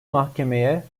mahkemeye